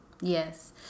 Yes